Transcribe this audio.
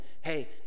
hey